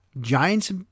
Giants